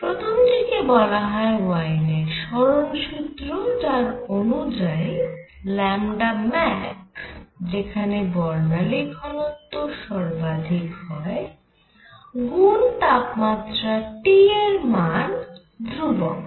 প্রথমটি কে বলা হয় ওয়েইনের সরণ সুত্র Wien's displacement law যার অনুযায়ী max যেখানে বর্ণালী ঘনত্ব সর্বাধিক হয় গুন তাপমাত্রা T এর মান ধ্রুবক হয়